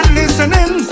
listening